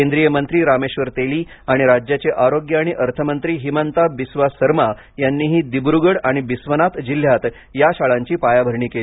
केंद्रीय मंत्री रामेश्वर तेली आणि राज्याचे आरोग्य आणि अर्थमंत्री हिमंता बिस्वा सरमा यांनीही दीब्रूगड आणि बिस्नाथ जिल्ह्यात या शाळांची पायाभरणी केली